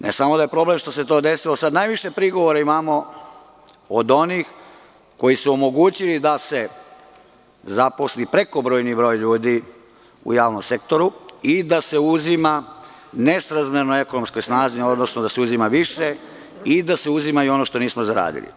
Ne samo da je problem što se to desilo, već sada najviše prigovora imamo od onih koji su omogućili da se zaposli prekobrojni broj ljudi u javnom sektoru i da se uzima nesrazmerno ekonomskoj snazi, odnosno da se uzima više i da se uzima i ono što nismo zaradili.